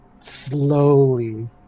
slowly